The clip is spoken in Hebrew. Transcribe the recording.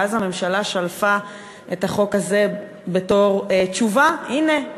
ואז הממשלה שלפה את החוק הזה כתשובה: הנה,